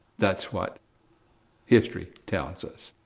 that's what history tells us.